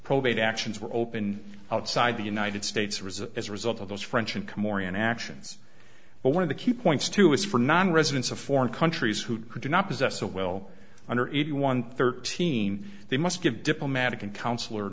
probate actions were open outside the united states or is it as a result of those french income orian actions but one of the key points too is for non residents of foreign countries who do not possess a will under eighty one thirteen they must give diplomatic and cons